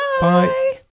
bye